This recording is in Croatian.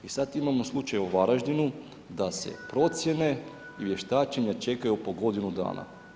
I sad imamo slučaj u Varaždinu da se procjene i vještačenja čekaju po godinu dana.